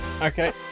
Okay